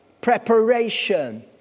preparation